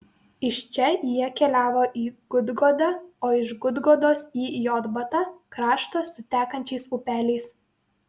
iš čia jie keliavo į gudgodą o iš gudgodos į jotbatą kraštą su tekančiais upeliais